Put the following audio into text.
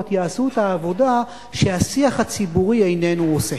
יעשו את העבודה שהשיח הציבורי איננו עושה.